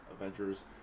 Avengers